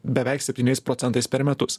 beveik septyniais procentais per metus